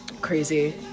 crazy